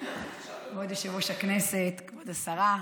כבוד היושב-ראש, כבוד השרה,